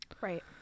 Right